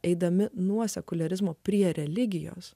eidami nuo sekuliarizmo prie religijos